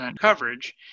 coverage